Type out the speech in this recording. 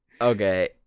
Okay